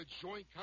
Joint